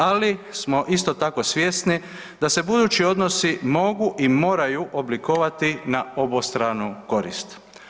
Ali smo isto tako svjesni da se budući odnosi mogu i moraju oblikovati na obostranu korist.